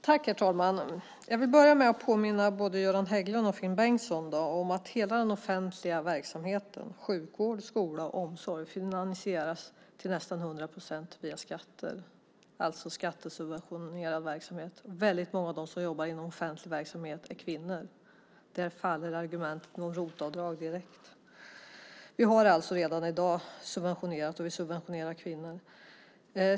Herr talman! Jag vill börja med att påminna både Göran Hägglund och Finn Bengtsson om att hela den offentliga verksamheten - sjukvård, skola och omsorg - finansieras till nästan hundra procent via skatter. Det är alltså skattesubventionerad verksamhet. Många av dem som jobbar inom offentlig verksamhet är kvinnor. Där faller argumentet om rotavdrag direkt. Vi har alltså redan i dag subventionerad verksamhet, och vi subventionerar kvinnor.